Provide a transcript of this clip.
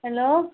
hello